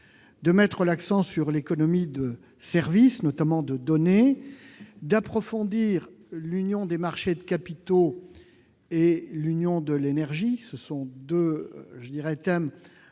de mettre l'accent sur l'économie de services, notamment de données, d'approfondir l'union des marchés de capitaux et l'union de l'énergie- deux thèmes indissociables